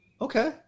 Okay